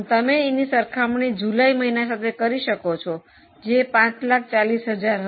તમે તેની સરખામણી જુલાઈ મહિના સાથે કરી શકો છો જે 540000 હતી